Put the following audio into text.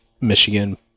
Michigan